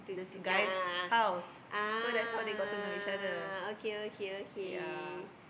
to to a'ah a'ah ah okay okay okay